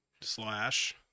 Slash